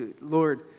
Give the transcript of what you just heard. Lord